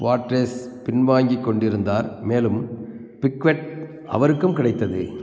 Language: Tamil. பாட்ரேஸ் பின்வாங்கிக் கொண்டிருந்தார் மேலும் பிக்வெட் அவருக்கும் கிடைத்தது